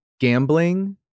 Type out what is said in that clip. gambling